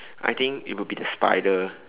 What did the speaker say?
I think it would be the spider